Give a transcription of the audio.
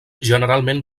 generalment